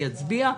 אני אצביע.